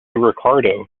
ricardo